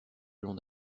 long